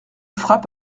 frappe